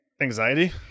anxiety